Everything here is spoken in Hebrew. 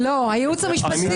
זה התאריך.